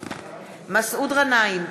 מסעוד גנאים,